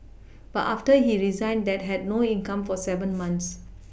but after he resigned they had no income for seven months